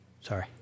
Sorry